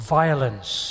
violence